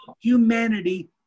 humanity